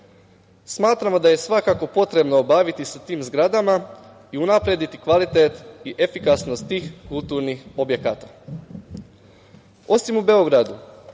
građana. Smatramo da je svakako potrebno baviti se tim zgradama i unaprediti kvalitet i efikasnost tih kulturnih objekata. Osim u Beogradu,